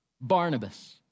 Barnabas